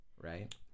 right